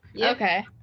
Okay